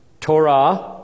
Torah